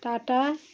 tata